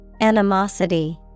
Animosity